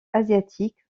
asiatique